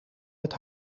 het